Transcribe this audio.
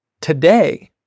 Today